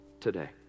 today